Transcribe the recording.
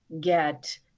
get